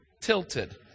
tilted